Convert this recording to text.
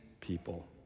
people